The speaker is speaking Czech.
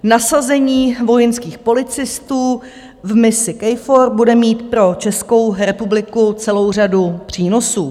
Nasazení vojenských policistů v misi KFOR bude mít pro Českou republiku celou řadu přínosů.